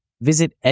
Visit